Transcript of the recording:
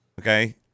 Okay